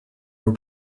were